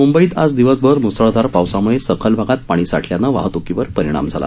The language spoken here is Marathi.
मुंबईत आज दिवसभर मुसळधार पावसामुळे सखल भागात पाणी साठल्यानं वाहतुकीवर परिणाम झाला